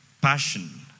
Passion